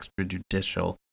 extrajudicial